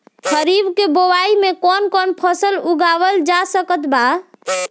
खरीब के बोआई मे कौन कौन फसल उगावाल जा सकत बा?